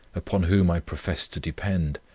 upon whom i profess to depend?